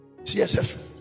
CSF